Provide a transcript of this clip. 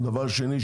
דבר שני,